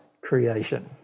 creation